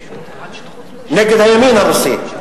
נגד הימין הרוסי.